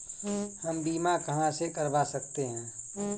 हम बीमा कहां से करवा सकते हैं?